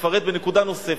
נפרט בנקודה נוספת.